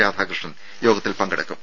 രാധാകൃഷ്ണൻ യോഗത്തിൽ പങ്കെടുക്കും